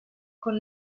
con